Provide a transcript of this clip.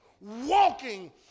walking